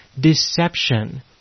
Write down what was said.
deception